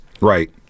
Right